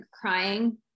crying